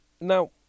now